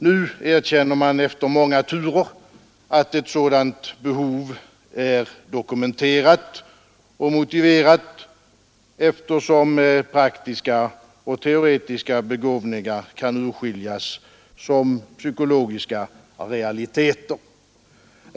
Nu erkänner man efter många turer att ett sådant behov är dokumenterat och motiverat, eftersom praktiska och teoretiska begåvningar kan urskiljas som psykologiska realiteter.